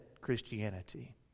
Christianity